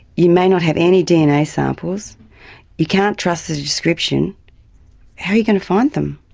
you may not have any dna samples you can't trust the description how are you going to find them?